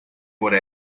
por